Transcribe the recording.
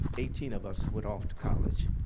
eighteen of us went off to college.